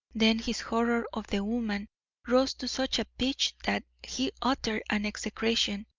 then his horror of the woman rose to such a pitch that he uttered an execration,